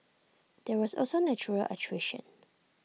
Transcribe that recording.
there was also natural attrition